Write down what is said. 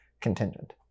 contingent